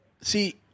see